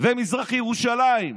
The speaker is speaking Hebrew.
ומזרח ירושלים.